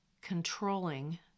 controlling